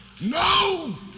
No